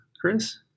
Chris